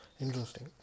interesting